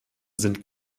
sind